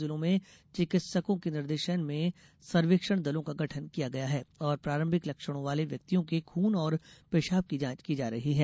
जिलों में चिकित्सकों के निर्देशन में सर्वेक्षण दलों का गठन किया गया है और प्रारंभिक लक्षणों वाले व्यक्तियों के खून और पेशाब की जाँच की जा रही है